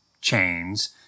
chains